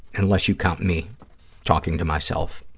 unless you count me talking to myself.